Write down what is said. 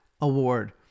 Award